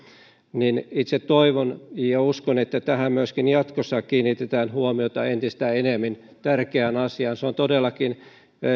toivon ja uskon että tähän myöskin jatkossa kiinnitetään huomiota entistä enemmän tärkeään asiaan todellakin